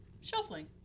Shuffling